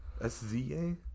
SZA